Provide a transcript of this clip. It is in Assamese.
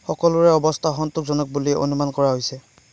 সকলোৰে অৱস্থা সন্তোষজনক বুলি অনুমান কৰা হৈছে